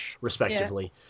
respectively